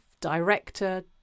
director